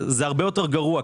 הרבה יותר גרוע.